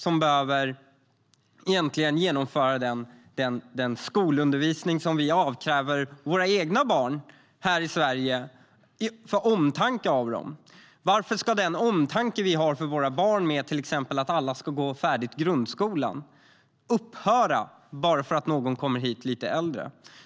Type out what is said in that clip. De behöver genomgå den skolundervisning som vi här i Sverige avkräver våra egna barn - av omtanke om dem. Varför ska de krav vi av omtanke ställer på våra barn, till exempel att alla ska gå färdigt grundskolan, upphöra bara för att någon kommer hit som lite äldre?